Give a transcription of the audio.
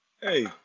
Hey